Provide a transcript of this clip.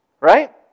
right